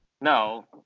No